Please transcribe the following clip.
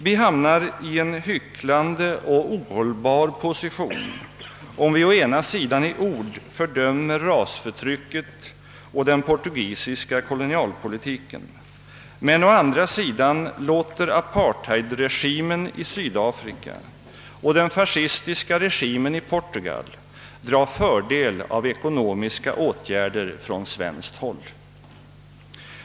Vi hamnar i en hycklande och ohållbar position om vi å ena sidan i ord fördömer rasförtrycket och den portugisiska kolonialpolitiken, men å andra sidan låter apartheidregimen i Sydafrika och den fascistiska regimen i Portugal dra fördel av ekonomiska åtgärder från svenskt håll.